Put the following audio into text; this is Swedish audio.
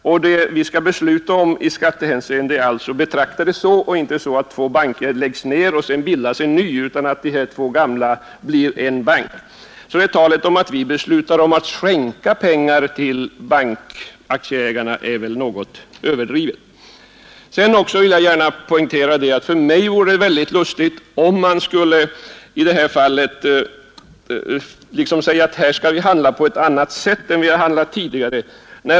Vad vi skall besluta om är att i skattehänseende betrakta det så och icke på det sättet att här lägger man ned två banker och bildar en ny bank. Talet om att vi beslutar skänka pengar till bankaktieägarna är därför överdrivet. Jag vill gärna poängtera, att det för mig verkar väldigt lustigt om vi i det här fallet skulle säga att vi skall handla på ett annat sätt än vi gjort tidigare.